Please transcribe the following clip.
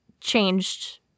changed